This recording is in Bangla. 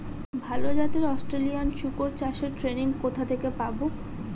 ভালো জাতে অস্ট্রেলিয়ান শুকর চাষের ট্রেনিং কোথা থেকে পাব?